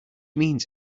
means